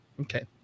Okay